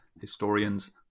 Historians